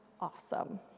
awesome